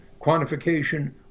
quantification